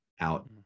out